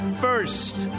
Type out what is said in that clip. first